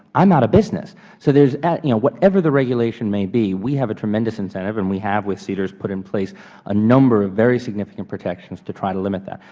i am out of business. so there is you know whatever the regulation may be, we have a tremendous incentive and we have with seedrs put in place a number of very significant protections to try to limit that.